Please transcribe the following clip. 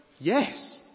yes